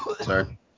Sorry